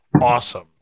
awesome